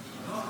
אדוני.